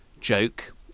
joke